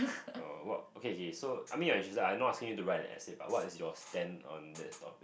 oh what okay K K so I mean you're interested I not asking your to write an essay but what is your stand on that topic